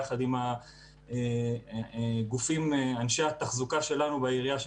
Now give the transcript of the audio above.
יחד עם אנשי התחזוקה שלנו בעירייה,